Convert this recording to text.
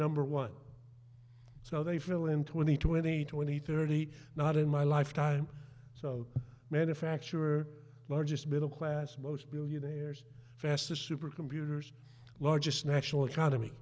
number one so they fill in twenty twenty twenty thirty not in my lifetime so manufacturer largest middle class most billionaires fastest supercomputers largest national economy